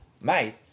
mate